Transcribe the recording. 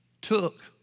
took